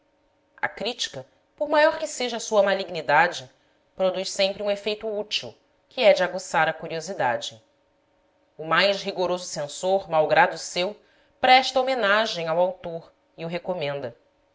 a crítica por maior que seja a sua malignidade produz sempre um efeito útil que é de aguçar a curiosidade o mais rigoroso censor mau grado seu presta homenagem ao autor e o recomenda